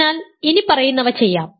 അതിനാൽ ഇനിപ്പറയുന്നവ ചെയ്യാം